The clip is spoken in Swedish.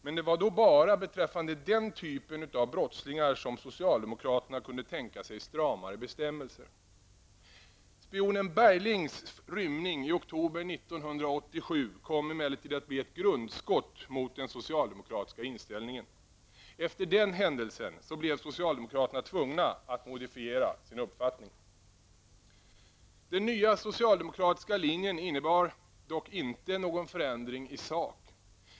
Men det var då bara beträffande den typen av brottslingar som socialdemokraterna kunde tänka sig stramare bestämmelser. Spionen Stig Berglings rymning i oktober 1987 kom emellertid att bli ett grundskott mot den socialdemokratiska inställningen. Efter den händelsen blev socialdemokraterna tvungna att modifiera sin uppfattning. Den nya socialdemokratiska linjen innebar dock inte någon förändring i sak.